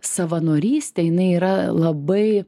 savanorystė jinai yra labai